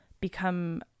become